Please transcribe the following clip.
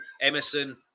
Emerson